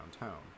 downtown